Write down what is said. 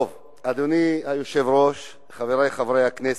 אדוני היושב-ראש, חברי חברי הכנסת,